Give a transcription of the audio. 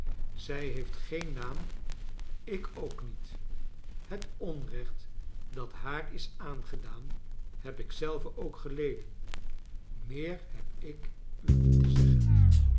zij heeft geen naam ik ook niet het onrecht dat haar is aangedaan heb ik zelve ook geleden meer heb ik u niet te zeggen